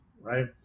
right